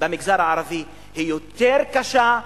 במגזר הערבי היא יותר קשה,